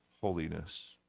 holiness